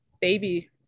baby